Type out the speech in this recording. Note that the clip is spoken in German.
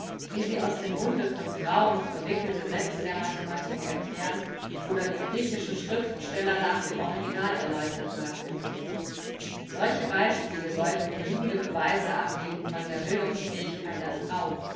wie sie aus dem munde von frauen verwickelte sätze der mathematik erklären oder die griechischen schriftsteller nach dem original erläutern hörten solche beispiele sollten genügende beweise ablegen von der bildungsfähigkeit der frau